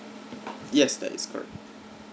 yes that is correct